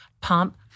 pump